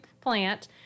plant